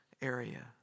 area